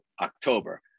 October